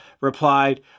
replied